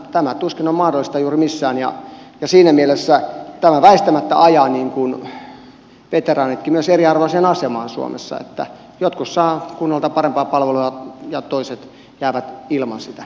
tämä tuskin on mahdollista juuri missään ja siinä mielessä tämä väistämättä ajaa veteraanitkin eriarvoiseen asemaan suomessa että jotkut saavat kunnalta parempaa palvelua ja toiset jäävät ilman sitä